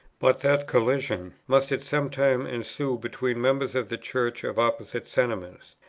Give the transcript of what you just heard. but that collision must at some time ensue between members of the church of opposite sentiments,